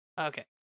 Okay